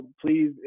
please